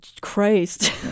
Christ